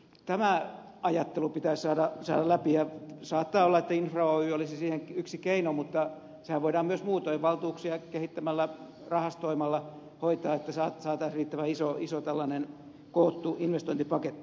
tämä ajattelu pitää saada läpi ja saattaa olla että infra oy olisi siihen yksi keino mutta sehän voidaan myös muutoin valtuuksia kehittämällä rahastoimalla hoitaa että saataisiin riittävän iso koottu investointipaketti